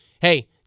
hey